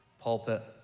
pulpit